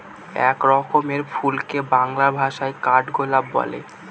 এক রকমের ফুলকে বাংলা ভাষায় কাঠগোলাপ বলে